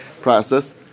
process